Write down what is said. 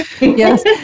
Yes